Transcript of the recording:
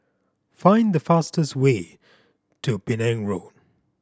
find the fastest way to Penang Road